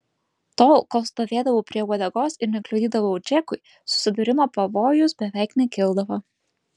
tol kol stovėdavau prie uodegos ir nekliudydavau džekui susidūrimo pavojus beveik nekildavo